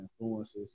influences